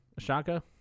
Ashoka